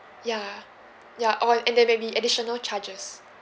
ya ya or and then maybe additional charges